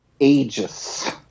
ages